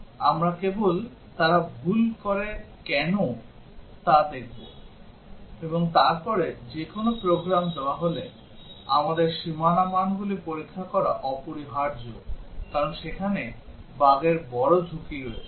আমরা কেবল তারা ভুল করে কেন তা দেখব এবং তারপরে যে কোনও প্রোগ্রাম দেওয়া হলে আমাদের সীমানা মানগুলি পরীক্ষা করা অপরিহার্য কারণ সেখানে বাগের বড় ঝুঁকি রয়েছে